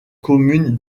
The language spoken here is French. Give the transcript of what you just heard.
commune